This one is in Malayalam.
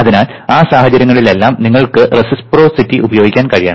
അതിനാൽ ആ സാഹചര്യങ്ങളിലെല്ലാം നിങ്ങൾക്ക് റെസിപ്രൊസിറ്റി ഉപയോഗിക്കാൻ കഴിയണം